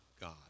God